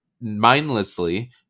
mindlessly